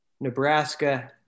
Nebraska